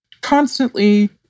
constantly